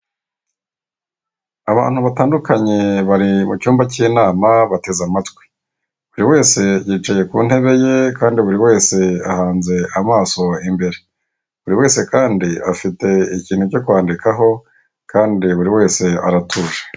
Abantu batandukanye bari mu cyumba cy'inama bateze amatwi, buri wese yicaye ku ntebe ye kandi buri wese ahanze amaso imbere, buri wese kandi afite ikintu cyo kwandikaho kandi buri wese aratuje.